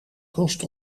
kost